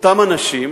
אותם אנשים